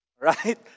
right